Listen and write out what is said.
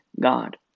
God